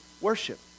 worship